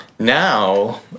Now